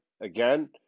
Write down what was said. again